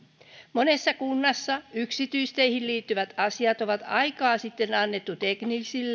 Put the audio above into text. monessa kunnassa yksityisteihin liittyvät asiat on aikaa sitten annettu teknisten